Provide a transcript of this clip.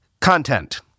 content